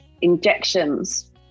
injections